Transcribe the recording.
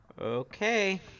Okay